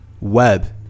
web